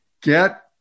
get